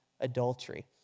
adultery